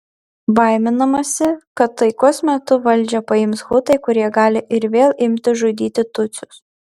baiminamasi kad taikos metu valdžią paims hutai kurie gali ir vėl imti žudyti tutsius